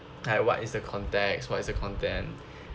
like what is the context what is the content